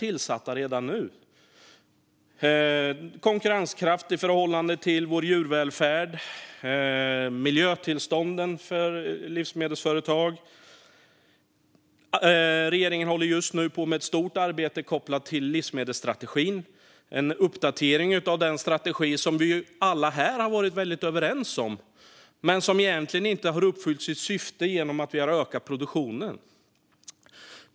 Det handlar om konkurrenskraft i förhållande till vår djurvälfärd och miljötillstånden för livsmedelsföretag. Och regeringen håller just nu på med ett stort arbete kopplat till livsmedelsstrategin - en uppdatering av den strategi som vi alla här har varit väldigt överens om men som egentligen inte har uppfyllt sitt syfte genom att vi har ökat produktionen.